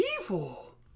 evil